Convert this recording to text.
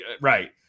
right